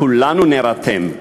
כולנו נירתם,